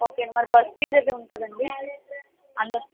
okay అండి మరి bus fees అది ఉంటుందా అండి అంద